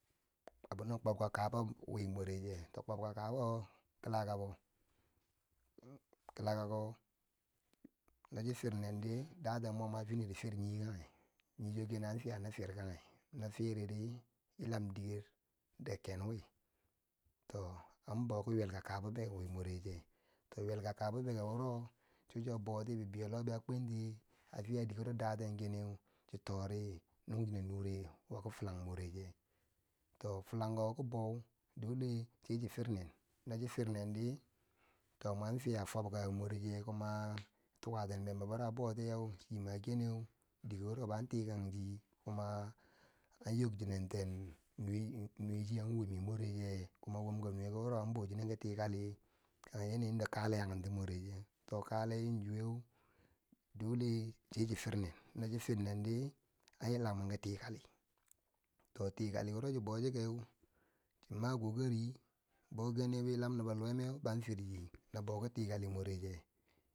Wiki kwobka kaba wi mwareche, kwob kabu kila kabo, kala kabo, no chi firnendi daten mwo ma finidi fir nye kange, nyecho na fiya na fir kange, no firidi yilan dikero kenwi to an bouki yelka kabonme wimorede to yelka kabon meko wuro, chochu wa bouti bibei yo lobeu a kwanti fiya dike wuro date kene, chi tori nung chinen nure woki filang more cheu, to filanko ki bou dole chechin fir nen no chi firnendi to mwon fiya fobka mureche, kuma tukati nenbo a boutiye chima keneu dike wuro bo an tikanchi, ai yokchinan ten nuwe nuwe cheu an wumi moreche kuma, wumka nuwe ko wuro an bo chinenki tikali kange yanayinda kale yankenti moreche, to kale yanzuweu dole che chi firnen no chi fir nendi an yila mwei ki tikali to tikali wuro chibou chekeu chin makokati bo keneu yilan nibbo luweu ban firchi na ki tikali more che.